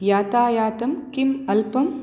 यातायातं किम् अल्पम्